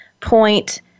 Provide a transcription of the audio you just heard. point